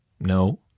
No